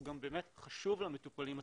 הוא גם באמת חשוב למטופלים עצמם.